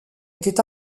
était